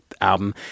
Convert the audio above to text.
album